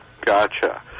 gotcha